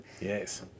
yes